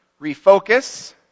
refocus